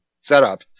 setup